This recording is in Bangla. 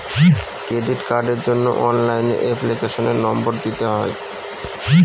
ক্রেডিট কার্ডের জন্য অনলাইনে এপ্লিকেশনের নম্বর দিতে হয়